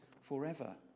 forever